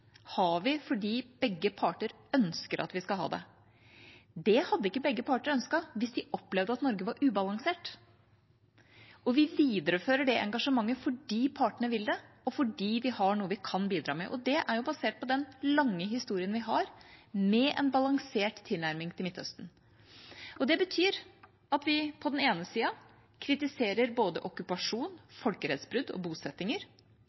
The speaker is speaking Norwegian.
har vi fordi begge parter ønsker at vi skal ha det. Det hadde ikke begge parter ønsket hvis de opplevde at Norge var ubalansert. Vi viderefører det engasjementet fordi partene vil det, og fordi vi har noe vi kan bidra med, og det er basert på den lange historien vi har med en balansert tilnærming til Midtøsten. Det betyr at vi på den ene siden kritiserer både okkupasjon, folkerettsbrudd og bosettinger.